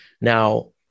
Now